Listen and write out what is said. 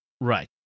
Right